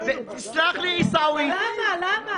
למה?